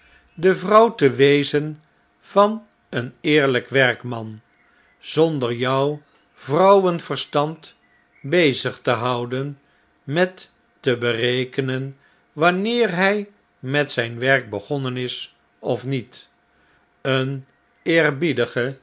de vrouw te wezen van een eerlp werkman zonder jou vrouwenverstand bezig te houden met te berekenen wanneer hij met zijn werk begonnen is of niet eene